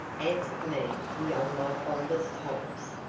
answered me beyond my fondest hopes.